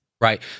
Right